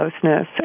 closeness